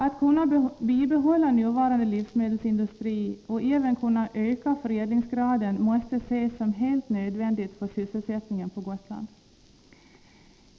Att bibehålla nuvarande livsmedelsindustri och även öka förädlingsgraden måste ses som helt nödvändigt för sysselsättningen på Gotland.